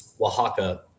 Oaxaca